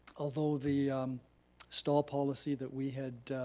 although the stall policy that we had